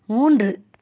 மூன்று